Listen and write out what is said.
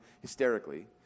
hysterically